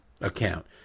account